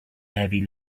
heavy